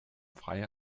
freie